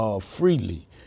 freely